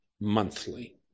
monthly